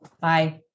Bye